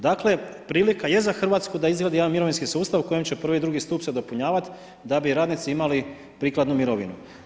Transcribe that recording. Dakle prilika je za Hrvatsku da izvadi jedan mirovinski sustav u kojem će prvi i drugi stup se dopunjavati da bi radnici imali prikladnu mirovinu.